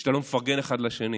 כשלא מפרגנים אחד לשני,